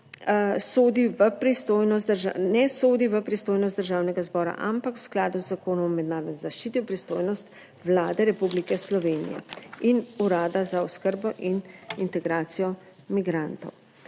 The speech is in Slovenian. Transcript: ne sodi v pristojnost Državnega zbora, ampak v skladu z Zakonom o mednarodni zaščiti, v pristojnost Vlade Republike Slovenije in Urada za oskrbo in integracijo migrantov.